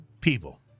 people